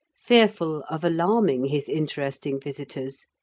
fearful of alarming his interesting visitors,